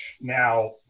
Now